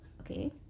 okay